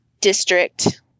district